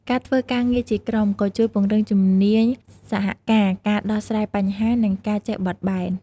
ការធ្វើការងារជាក្រុម គឺជួយពង្រឹងជំនាញសហការ ការដោះស្រាយបញ្ហា និងការចេះបត់បែន។